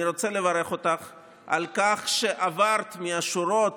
אני רוצה לברך אותך על כך שעברת מהשורות